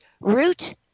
root